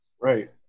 Right